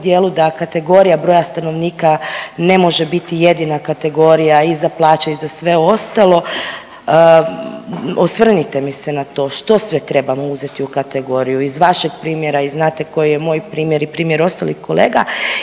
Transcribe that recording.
da kategorija broja stanovnika ne može biti jedina kategorija i za plaće i za sve ostalo. Osvrnite mi se na to. Što sve trebamo uzeti u kategoriju iz vašeg primjera i znate koji je moj primjer i primjer ostalih kolega